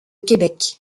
québec